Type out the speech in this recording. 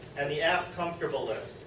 and the app comfortable list.